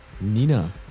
Nina